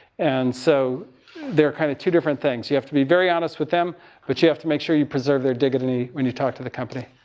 and so they're kind of two different things. you have to be very honest with them but you have to make sure you preserve their dignity when you talk to the company.